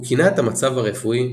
הוא כינה את המצב הרפואי